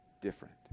different